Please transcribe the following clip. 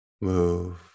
move